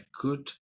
good